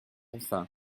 enfin